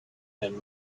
and